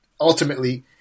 ultimately